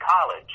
college